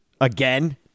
again